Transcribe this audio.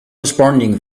responding